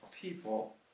people